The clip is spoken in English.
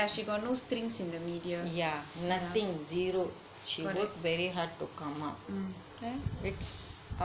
yeah she got no strings in the media correct mm